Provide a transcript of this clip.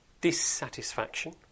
dissatisfaction